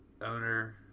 owner